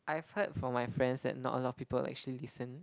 I have heard from my friends that not a lot of people actually listen